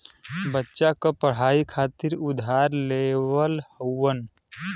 बच्चा क पढ़ाई खातिर उधार लेवल हउवन